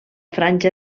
franja